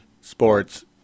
sports